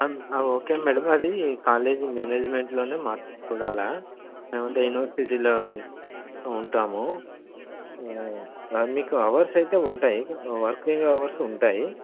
okay madam అది college మేనేజ్మెంట్లోనే మాట్లాడి చూడాలా మేమంతా యూనివర్సిటీలో ఉంటాము మీకు అవర్స్ అయితే ఉంటాయి వర్కింగ్ అవర్స్ ఉంటాయి